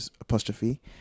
apostrophe